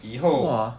以后